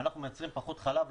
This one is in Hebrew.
ואנחנו מייצרים פחות חלב,